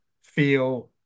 feel